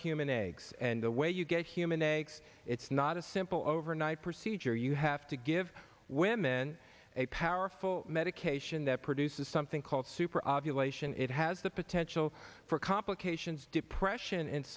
human eggs and the way you get human eggs it's not a simple overnight procedure you have to give women a powerful medication that produces something called super of you lay ssion it has the potential for complications depression